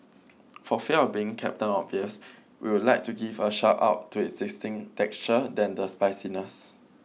for fear of being Captain Obvious we would like to give a shout out to existing texture than the spiciness